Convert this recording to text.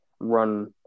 run